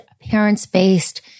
parents-based